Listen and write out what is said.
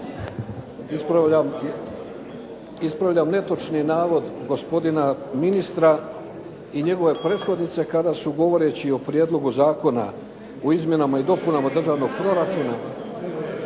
Ispravljam netočni navod gospodina ministra i njegove prethodnice kada su govoreći o prijedlogu zakona u izmjenama i dopunama državnog proračuna